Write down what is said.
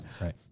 right